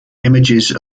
images